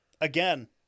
again